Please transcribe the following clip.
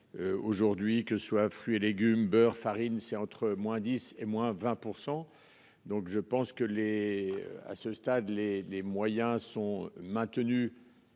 Aujourd'hui que soit fruits et légumes, beurre, farine, c'est entre moins 10 et moins 20% donc je pense que les. À ce stade les les moyens sont maintenus.--